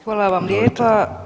Hvala vam lijepa.